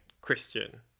Christian